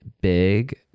big